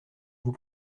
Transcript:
vous